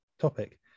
topic